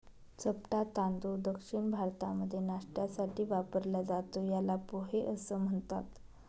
चपटा तांदूळ दक्षिण भारतामध्ये नाष्ट्यासाठी वापरला जातो, याला पोहे असं म्हणतात